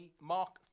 Mark